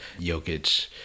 Jokic